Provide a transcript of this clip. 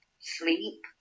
sleep